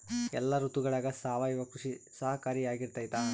ಎಲ್ಲ ಋತುಗಳಗ ಸಾವಯವ ಕೃಷಿ ಸಹಕಾರಿಯಾಗಿರ್ತೈತಾ?